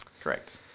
Correct